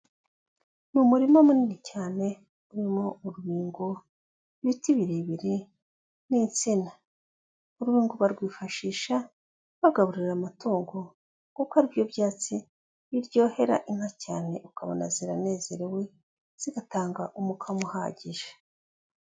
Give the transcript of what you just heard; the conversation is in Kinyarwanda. Ni umurima munini cyane urimo urubingo, ibiti birebire n'insina. Urubingo barwifashisha bagaburira amatungo kuko ari byo byatsi biryohera inka cyane ukabona ziranezerewe, zigatanga umukamo uhagije.